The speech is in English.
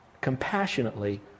compassionately